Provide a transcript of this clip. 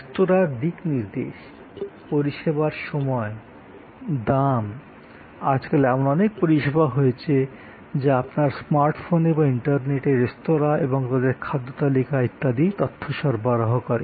রেস্তোঁরার দিকনির্দেশ পরিষেবার সময় দাম আজকাল এমন অনেক পরিষেবা রয়েছে যা আপনার স্মার্ট ফোনে বা ইন্টারনেটে রেস্তোঁরা এবং তাদের খাদ্য তালিকা ইত্যাদি তথ্য সরবরাহ করে